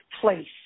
place